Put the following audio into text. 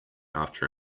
after